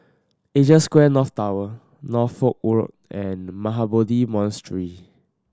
Asia Square North Tower Norfolk and Mahabodhi Monastery